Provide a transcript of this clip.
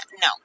no